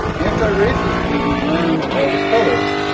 antiracist baby learns all the colors,